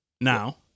Now